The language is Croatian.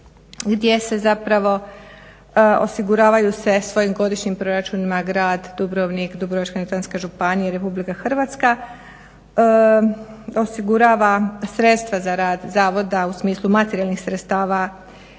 gdje se zapravo osiguravaju svojim godišnjim proračunima grad Dubrovnik, Dubrovačko-neretvanska županija i RH osigurava sredstva za rad zavoda u smislu materijalnih sredstava